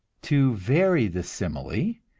to vary the simile,